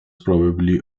probably